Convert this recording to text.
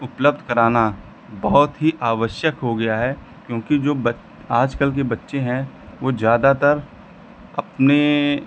उपलब्ध कराना बहुत ही आवश्यक हो गया है क्योंकि जो आजकल के बच्चे हैं वह जादातर अपने